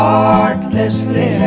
Heartlessly